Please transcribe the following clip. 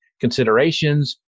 considerations